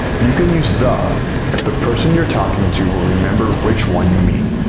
you can use the if the person you're talking to will remember which one you mean.